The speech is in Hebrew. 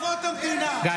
(קורא בשמות חברי הכנסת) ינון אזולאי,